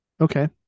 Okay